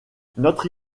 notre